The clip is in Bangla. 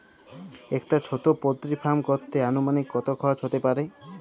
একটা ছোটো পোল্ট্রি ফার্ম করতে আনুমানিক কত খরচ কত হতে পারে?